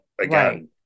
again